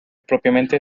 propiamente